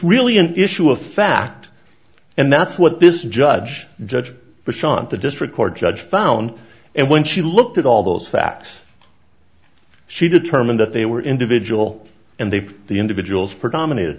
really an issue of fact and that's what business judge judge bush on the district court judge found and when she looked at all those facts she determined that they were individual and they the individuals predomina